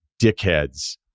dickheads